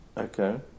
Okay